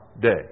day